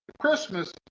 Christmas